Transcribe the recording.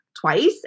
twice